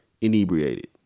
inebriated